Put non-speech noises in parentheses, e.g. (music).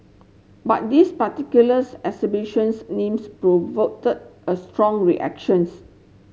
but this particulars exhibitions names (unintelligible) a strong reactions